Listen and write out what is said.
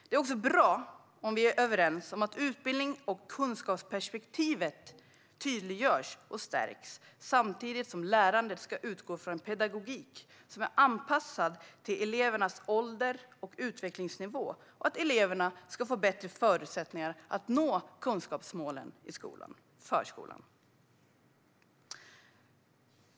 Det är också bra om vi är överens om att utbildnings och kunskapsperspektivet tydliggörs och stärks samtidigt som lärandet ska utgå från en pedagogik som är anpassad till elevernas ålder och utvecklingsnivå så att eleverna får bättre förutsättningar att nå kunskapsmålen för skolan.